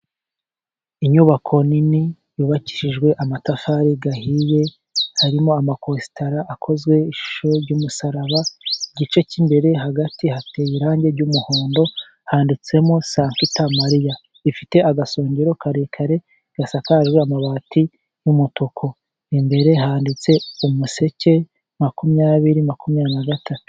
Inyubako nini, yubakishijwe amatafari ahiye, harimo amakosita akozwe ishusho ry'umusaraba, igice cy'imbere hagati hateye irangi ry'umuhondo, handitsemo sangita mariya. Ifite agasongero karekare, gasakaje amabati y'umutuku, imbere handitse umuseke makumyabiri makumyabiri nagatatu.